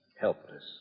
helpless